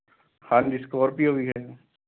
ਹਾਂਜੀ ਸਕੋਰਪੀਓ ਵੀ ਹੈ